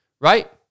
right